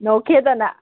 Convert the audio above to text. knock ꯈꯦꯗꯅ